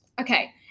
Okay